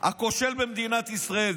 רב-אלוף דן חלוץ" הכושל במדינת ישראל,